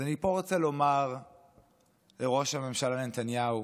אז אני פה רוצה לומר לראש הממשלה נתניהו,